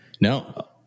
No